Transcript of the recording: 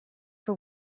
for